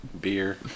Beer